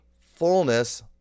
fullness